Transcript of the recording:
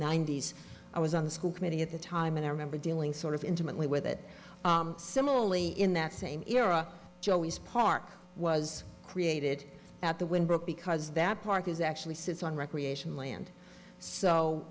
ninety's i was on the school committee at the time and i remember dealing sort of intimately with it similarly in that same era joeys park was created at the wynn brook because that park is actually sits on recreation land so